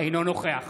אינו נוכח